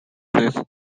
these